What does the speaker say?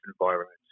environments